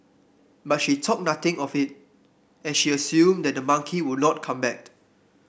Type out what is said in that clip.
but she thought nothing of it as she assumed that the monkey would not come back